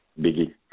Biggie